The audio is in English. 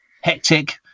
hectic